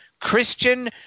Christian